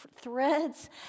threads